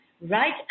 right